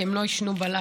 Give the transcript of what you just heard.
כי הם לא ישנו בלילה.